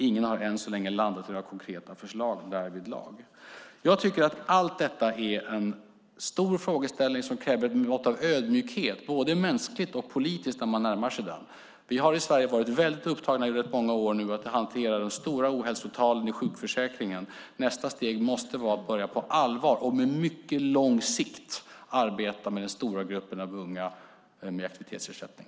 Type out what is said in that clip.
Ingen har än så länge landat i några konkreta förslag därvidlag. Jag tycker att allt detta är en stor frågeställning som kräver ett mått av ödmjukhet, både mänskligt och politiskt, när man närmar sig den. Vi har i Sverige i rätt många år varit väldigt upptagna med att hantera de stora ohälsotalen i sjukförsäkringen. Nästa steg måste vara att på allvar och på mycket lång sikt börja arbeta med den stora gruppen av unga med aktivitetsersättning.